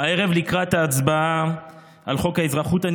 הערב לקראת ההצבעה על חוק האזרחות אני